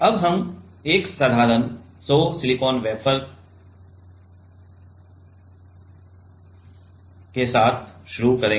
अब हम एक साधारण १०० सिलिकॉन वेफर के साथ शुरू करेंगे